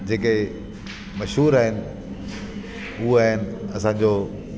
जेके मशहूरु आहिनि उहे आहिनि असांजो